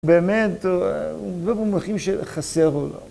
באמת, לא במונחים שחסר או לא